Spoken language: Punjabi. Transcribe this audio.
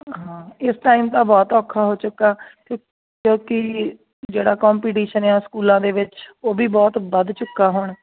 ਹਾਂ ਇਸ ਟਾਈਮ ਤਾਂ ਬਹੁਤ ਔਖਾ ਹੋ ਚੁੱਕਾ ਕਿਉਂਕਿ ਜਿਹੜਾ ਕੋਪੀਟੀਸ਼ਨ ਹੈ ਸਕੂਲਾਂ ਦੇ ਵਿੱਚ ਉਹ ਵੀ ਬਹੁਤ ਵੱਧ ਚੁੱਕਾ ਹੁਣ